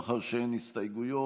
מאחר שאין הסתייגויות.